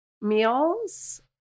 meals